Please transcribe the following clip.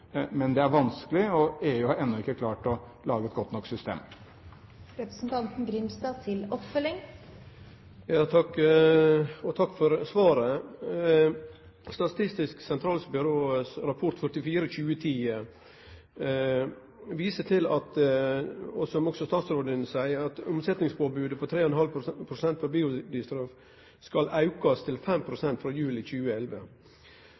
men det er vanskelig, og EU har ennå ikke klart å lage et godt nok system. Takk for svaret. Statistisk sentralbyrås rapport 44/2010 viser til det som også statsråden seier, at omsetningspåbodet på 3,5 pst. på biodrivstoff skal aukast til 5 pst. frå juli 2011.